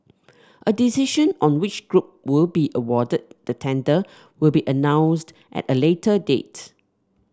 a decision on which group will be awarded the tender will be announced at a later date